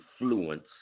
influence